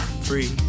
free